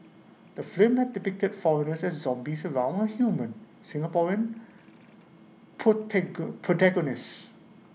the film had depicted foreigners as zombies around our human Singaporean protagonist